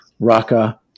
Raqqa